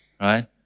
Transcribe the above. Right